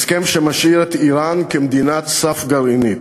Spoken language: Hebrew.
הסכם שמשאיר את איראן כמדינת סף גרעינית.